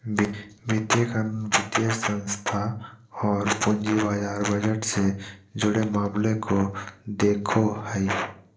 वित्तीय कानून, वित्तीय संस्थान औरो पूंजी बाजार बजट से जुड़े मामले के देखो हइ